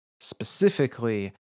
specifically